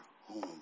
home